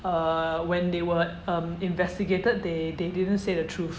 err when they were um investigated they they didn't say the truth